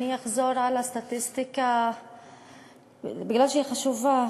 אחזור על הסטטיסטיקה מפני שהיא חשובה.